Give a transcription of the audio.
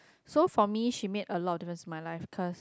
so for me she made a lot of difference in my life cause